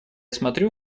смотрю